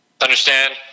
Understand